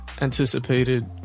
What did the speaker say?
anticipated